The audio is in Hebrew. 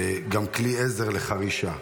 וגם כלי עזר לחרישה.